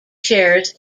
shares